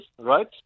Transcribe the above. right